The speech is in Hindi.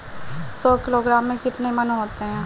सौ किलोग्राम में कितने मण होते हैं?